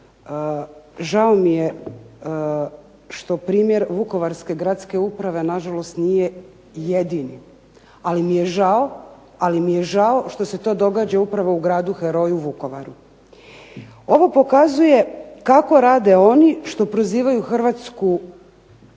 žao mi je što primjer vukovarske gradske uprave nažalost nije jedini, ali mi je žao što se to događa upravo u gradu heroju Vukovaru. Ovo pokazuje kako rade oni što prozivaju Hrvatsku